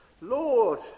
Lord